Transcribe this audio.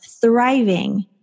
thriving